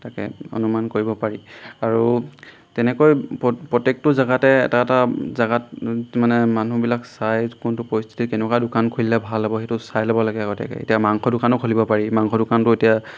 তাকে অনুমান কৰিব পাৰি আৰু তেনেকৈ প্ৰত্যেকটো জেগাতে এটা এটা জেগাত মানে মানুহবিলাক চাই কোনটো পৰিস্থিতিত কেনেকুৱা দোকান খুলিলে ভাল হ'ব সেইটো চাই ল'ব লাগে আগতীয়াকৈ এতিয়া মাংস দোকানো খুলিব পাৰি মাংস দোকানটো এতিয়া